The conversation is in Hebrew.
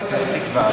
ועדת הכנסת תקבע.